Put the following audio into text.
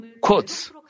quotes